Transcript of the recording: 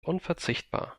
unverzichtbar